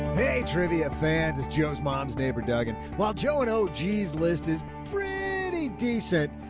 hey, trivia fans is joe's mom's neighbor, doug, and while joe and oh, geez. list is pretty decent.